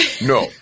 No